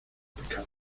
pecados